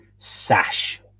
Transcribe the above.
Sash